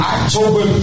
October